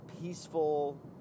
peaceful